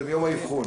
זה מיום האבחון.